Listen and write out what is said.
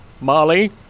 Molly